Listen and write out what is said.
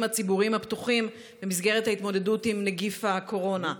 הציבוריים הפתוחים במסגרת ההתמודדות עם נגיף קורונה.